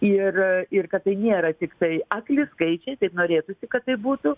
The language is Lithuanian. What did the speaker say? ir ir kad tai nėra tiktai akli skaičiai taip norėtųsi kad taip būtų